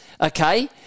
okay